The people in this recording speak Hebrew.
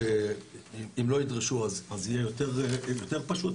אם לא ידרשו הדבר הזה יהיה יותר פשוט.